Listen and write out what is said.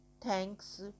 Thanks